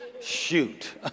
Shoot